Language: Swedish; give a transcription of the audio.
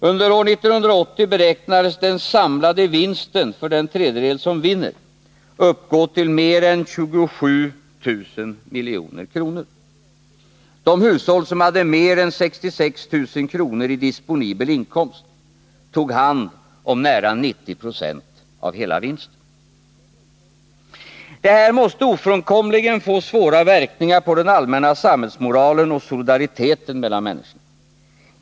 Under år 1980 beräknades den samlade vinsten för den tredjedel som vann uppgå till mer än 27 000 milj.kr. De hushåll som hade mer än 66 000 kr. i disponibel inkomst tog hand om nära 90 26 av hela vinsten. Detta måste ofrånkomligen få svåra verkningar på den allmänna samhällsmoralen och solidariteten mellan människorna.